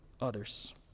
others